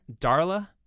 Darla